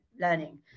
learning